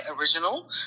original